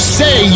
say